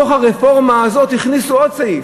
לרפורמה הזאת הכניסו עוד סעיף,